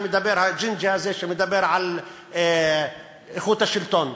הג'ינג'י הזה שמדבר על איכות השלטון.